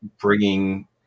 bringing